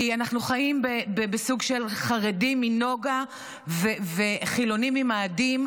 כי אנחנו חיים בסוג של חרדים מנגה וחילונים ממאדים,